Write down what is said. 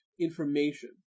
information